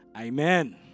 Amen